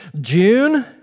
June